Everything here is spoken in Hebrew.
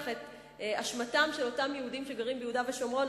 את אשמתם של אותם יהודים שגרים ביהודה ושומרון,